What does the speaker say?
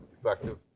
effective